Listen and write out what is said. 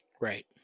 Right